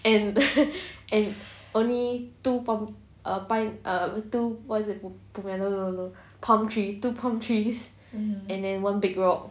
and and only two pam~ err pine err two what is it pomelo two palm trees and then one big rock